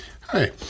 Hi